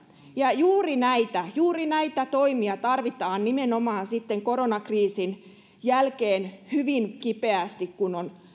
ja juuri näitä juuri näitä toimia tarvitaan nimenomaan koronakriisin jälkeen hyvin kipeästi kun on